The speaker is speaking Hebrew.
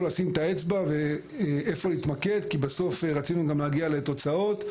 לשים את האצבע ואיפה להתמקד כי בסוף רצינו גם להגיע לתוצאות.